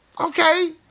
okay